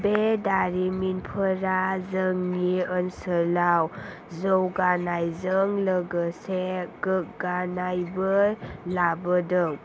बे दारिमिनफोरा जोंनि ओनसोलाव जौगानायजों लोगोसे गोग्गानायबो लाबोदों